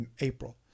April